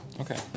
Okay